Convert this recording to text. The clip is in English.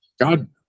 God